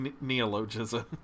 Neologism